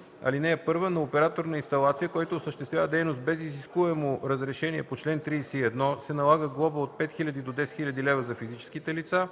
72. (1) На оператор на инсталация, който осъществява дейност без изискуемо разрешение по чл. 31, се налага глоба от 5000 до 10 000 лв. – за физическите лица,